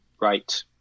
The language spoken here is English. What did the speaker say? Right